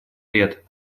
лет